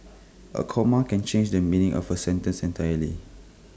A comma can change the meaning of A sentence entirely